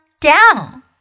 down